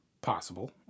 possible